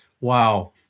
Wow